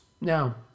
No